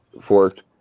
forked